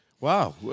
Wow